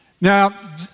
Now